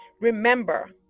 Remember